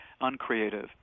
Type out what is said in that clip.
uncreative